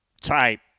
type